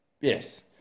Yes